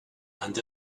and